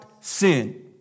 sin